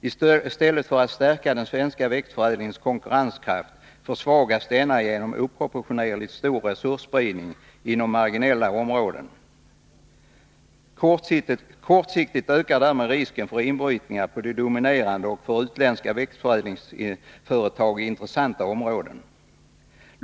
I stället för att stärka den svenska växtförädlingens konkurrenskraft försvagar man denna genom en oproportionerligt stor resursspridning inom marginella områden. Kortsiktigt ökar därmed risken för inbrytningar på de dominerade och för utländska växtförädlingsföretag intressanta områdena.